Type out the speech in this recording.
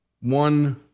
One